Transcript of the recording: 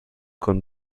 con